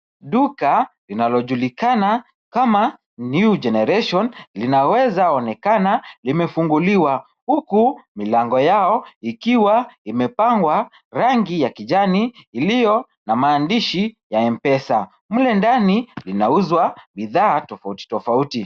Duka linalojulikana kama New Generation linaweza onekana limefunguliwa, huku milango yao ikiwa imepakwa rangi ya kijani iliyo na maandishi ya mpesa. Mle ndani linauzwa bidhaa tofauti tofauti.